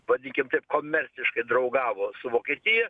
vardinkim taip komerciškai draugavo su vokietija